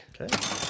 okay